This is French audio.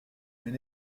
mais